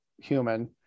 human